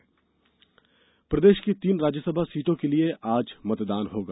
राज्यसभा प्रदेश की तीन राज्यसभा सीटों के लिये आज मतदान होगा